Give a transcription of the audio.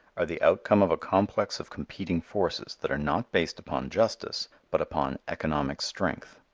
are the outcome of a complex of competing forces that are not based upon justice but upon economic strength.